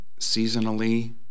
seasonally